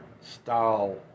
style